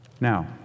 Now